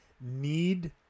need